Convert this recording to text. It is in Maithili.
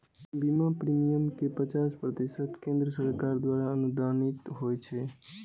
बीमा प्रीमियम केर पचास प्रतिशत केंद्र सरकार द्वारा अनुदानित होइ छै